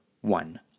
one